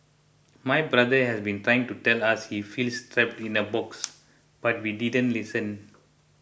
my brother has been trying to tell us he feels trapped in a box but we didn't listen